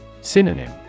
Synonym